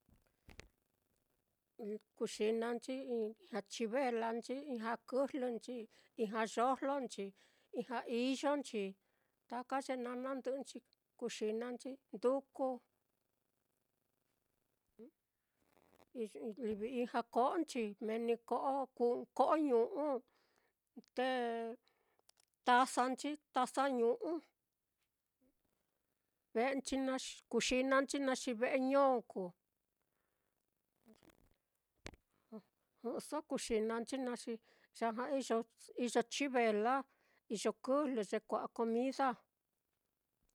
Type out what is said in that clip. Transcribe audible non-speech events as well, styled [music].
Kuxina nchi i-ijña chivelanchi, ijña kɨjlɨnchi, ijña yojlonchi, ijña iyonchi, taka ye naá na ndɨ'ɨnchi kuxinanchi, nduku, [noise] i livi ijña ko'onchi meni ko'o kuu ñu'u, te tazanchi taza [noise] ve'enchi naá kuxinanchi naá xi ve'e ño kuu, [hesitation] jɨ'ɨso kuxina nchi naá xi yaja iyo iyo kɨjlɨ ye kua'a comida.